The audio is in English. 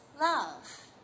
love